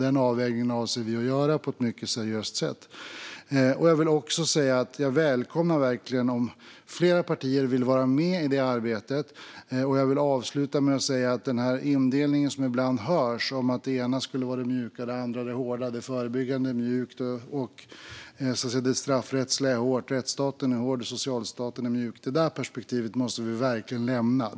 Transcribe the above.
Den avvägningen avser vi att göra på ett mycket seriöst sätt, och jag välkomnar verkligen fler partier om de vill vara med i det arbetet. Jag vill avsluta med att säga att den här indelningen i mjukt och hårt som vi ibland hör - att det förebyggande är mjukt och det straffrättsliga hårt, att rättsstaten är hård och socialstaten mjuk, det perspektivet - måste vi verkligen lämna.